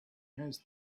has